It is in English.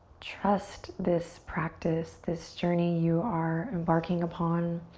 trust this practice, this journey you are embarking upon.